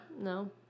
No